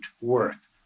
worth